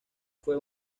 fue